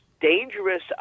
dangerous